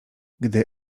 gdy